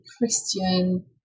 Christian